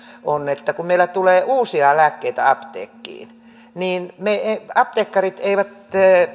on että kun meillä tulee uusia lääkkeitä apteekkiin niin apteekkarit eivät